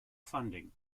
funding